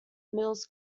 mills